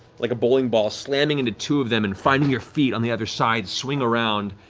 like a bowling ball, slamming into two of them, and finding your feet on the other side, swing around,